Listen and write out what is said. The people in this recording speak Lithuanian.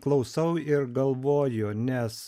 klausau ir galvoju nes